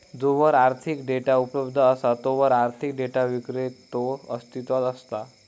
जोवर आर्थिक डेटा उपलब्ध असा तोवर आर्थिक डेटा विक्रेतो अस्तित्वात असता